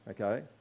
okay